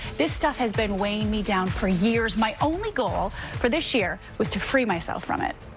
this stuff has been weighing me down for years. my only goal for this year was to free myself from it